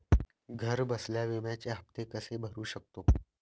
घरबसल्या विम्याचे हफ्ते कसे भरू शकतो?